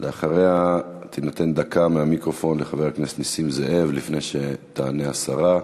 אחריה תינתן דקה מהמיקרופון לחבר הכנסת נסים זאב לפני שתענה השרה,